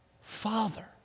father